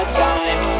time